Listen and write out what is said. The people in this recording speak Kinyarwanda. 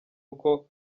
uko